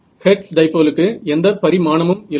hertz டைபோலுக்கு எந்தப் பரிமாணமும் இல்லை